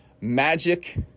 magic